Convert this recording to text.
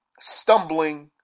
stumbling